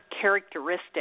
characteristic